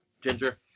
Ginger